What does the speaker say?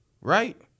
Right